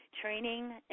training